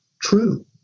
true